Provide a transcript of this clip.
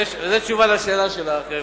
זו תשובה על השאלה שלך,